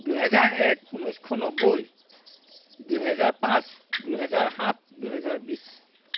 দুহেজাৰ এক ঊনৈছশ নব্বৈ দুহেজাৰ পাঁচ দুহেজাৰ সাত দুহেজাৰ বিশ